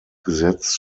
gesetz